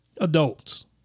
adults